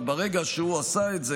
וברגע שהוא עשה את זה